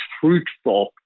fruitful